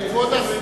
כבוד השר.